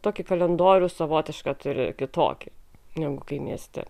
tokį kalendorių savotišką turi kitokį negu kai mieste